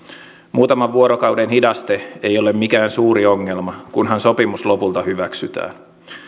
muutaman vuorokauden hidaste ei ole mikään suuri ongelma kunhan sopimus lopulta hyväksytään